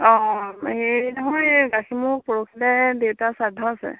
অঁ হেৰি নহয় এই গাখীৰ মোৰ পৰহিলে দেউতাৰ শ্ৰাদ্ধ আছে